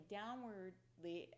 downwardly